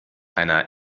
einer